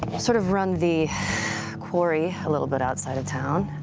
sort of run the quarry a little bit outside of town.